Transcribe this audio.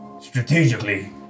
strategically